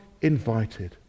invited